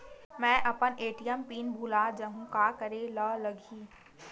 मैं अपन ATM PIN भुला जहु का करे ला लगही?